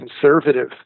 conservative